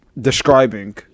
describing